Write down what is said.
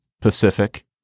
pacific